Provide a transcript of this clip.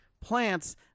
plants